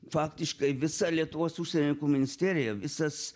faktiškai visa lietuvos užsienio ministerija visas